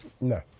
No